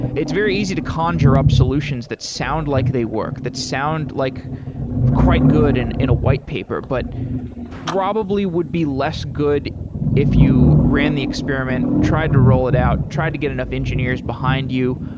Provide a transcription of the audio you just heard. it's very easy to conjure up solutions that sound like they work, that sound like quite quite good and in a white paper, but probably would be less good if you ran the experiment, tried to roll it out, tried to get enough engineers behind you.